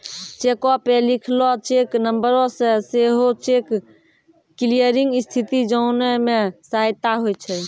चेको पे लिखलो चेक नंबरो से सेहो चेक क्लियरिंग स्थिति जाने मे सहायता होय छै